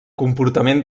comportament